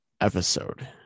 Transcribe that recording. episode